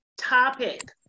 topic